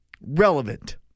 relevant